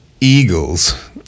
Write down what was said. Eagles